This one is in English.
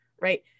Right